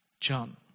John